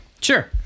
Sure